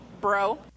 bro